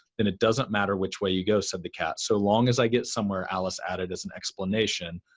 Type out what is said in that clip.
then it doesn't matter which way you go, said the cat. so long as i get somewhere, alice added as an explanation.